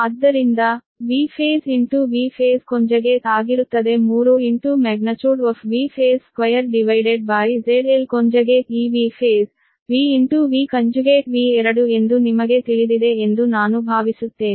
ಆದ್ದರಿಂದ Vphase into Vphase ಆಗಿರುತ್ತದೆ 3 Vphasemagnitude2ZL ಈ Vphase V into V conjugate V2 ಎಂದು ನಿಮಗೆ ತಿಳಿದಿದೆ ಎಂದು ನಾನು ಭಾವಿಸುತ್ತೇನೆ